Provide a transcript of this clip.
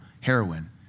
heroin